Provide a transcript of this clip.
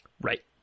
Right